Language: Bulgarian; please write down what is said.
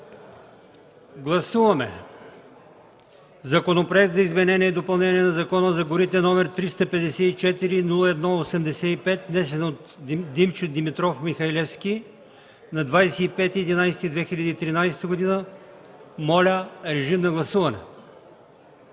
гласуваме Законопроект за изменение и допълнение на Закона за горите, № 354-01-85, внесен от Димчо Димитров Михалевски на 25 ноември 2013 г. Моля, режим на гласуване.